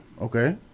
Okay